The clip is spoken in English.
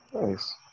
Nice